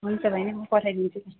हुन्छ बैनी म पठाइदिन्छु नि